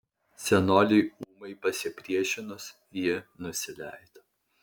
senoliui ūmai pasipriešinus ji nusileido